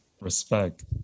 Respect